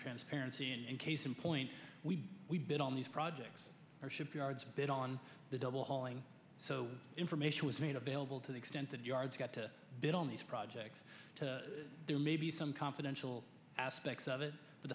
transparency in case in point we we've been on these projects are shipyards a bit on the double hauling so information was made available to the extent that yards got to bid on these projects there may be some confidential aspects of it but